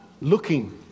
looking